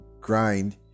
grind